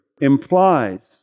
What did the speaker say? implies